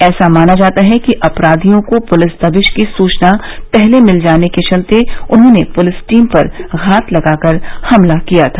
ऐसा माना जाता है कि अपराधियों को पुलिस दबिश की सूचना पहले मिल जाने के चलते उन्होंने पुलिस टीम पर घात लगाकर हमला किया था